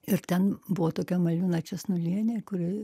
ir ten buvo tokia malvina česnulienė kuri